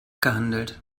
gehandelt